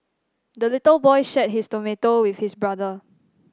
the little boy shared his tomato with his brother